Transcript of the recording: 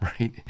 right